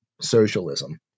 socialism